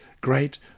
great